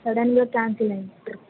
సడన్గా క్యాన్సిల్ అయింది ట్రిప్